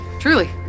Truly